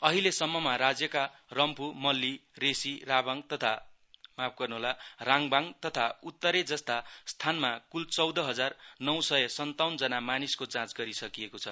अहिलेसम्म राज्यका रम्फू मल्ली रेशी राङबाङ तथा उत्तरे जस्ता स्थानमा कुल चौध हजार नौ सय सन्ताउन जना मानिसको जाँच गरिसकिएको छ